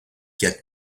quatre